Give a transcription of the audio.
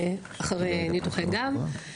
אחרי ניתוחי גב,